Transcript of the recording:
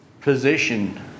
position